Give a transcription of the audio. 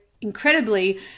incredibly